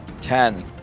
Ten